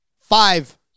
five